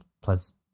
plus